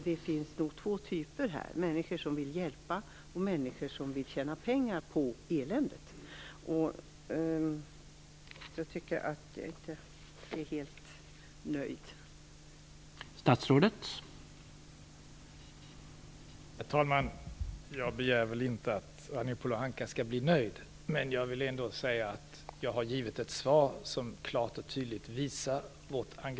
Det finns alltså två typer: människor som vill hjälpa och människor som vill tjäna pengar på eländet. Jag är inte helt nöjd med svaret.